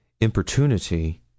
importunity